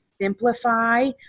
simplify